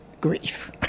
grief